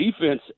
defense